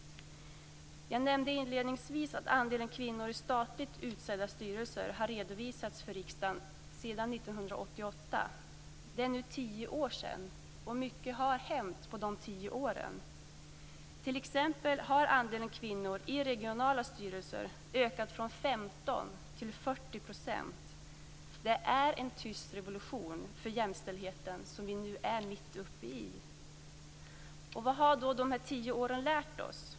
Jag nämnde inledningsvis att andelen kvinnor i statligt utsedda styrelser redovisats för riksdagen sedan 1988. Det är nu tio år sedan. Mycket har hänt på de tio åren. T.ex. har andelen kvinnor i regionala styrelser ökat från 15 till 40 %. Det är en tyst revolution för jämställdheten som vi är mitt uppe i. Vad har de tio åren lärt oss?